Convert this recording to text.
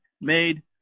made